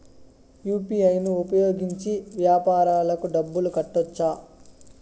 UPI ను ఉపయోగించి వ్యాపారాలకు డబ్బులు కట్టొచ్చా?